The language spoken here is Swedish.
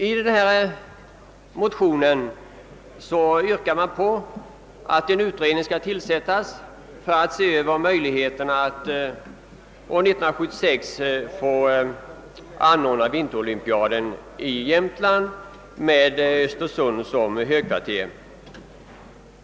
I motionerna yrkas att en utredning skall tillsättas för att undersöka möjligheterna att år 1976 få anordna vinterolympiaden i Jämtland med Östersund som högkvarter.